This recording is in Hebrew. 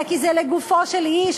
אלא כי זה לגופו של איש,